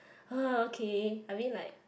uh okay I mean like